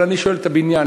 אבל אני שואל את הבניין,